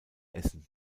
essen